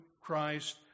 Christ